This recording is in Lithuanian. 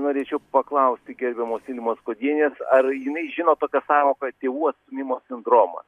norėčiau paklausti gerbiamos vilmos skuodienės ar jinai žino tokią sąvoką tėvų atstūmimo sindromas